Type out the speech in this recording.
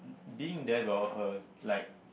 being there well her like